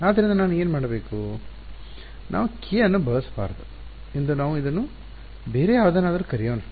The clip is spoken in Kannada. ಆದ್ದರಿಂದ ನಾನು ಏನು ಮಾಡಬೇಕು ನಾವು k ಅನ್ನು ಬಳಸಬಾರದು ಎಂದು ನಾವು ಇದನ್ನು ಬೇರೆ ಯಾವುದನ್ನಾದರೂ ಕರೆಯೋಣ